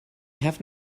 have